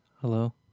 Hello